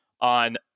on